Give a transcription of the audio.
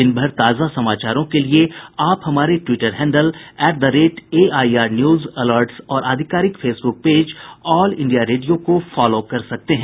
दिनभर ताजा समाचारों के लिए आप हमारे Twitter handle at the rate AIR news alerts और आधिकारिक Facebook page all India radio को फॉलो कर सकते हैं